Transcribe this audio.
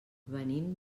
venim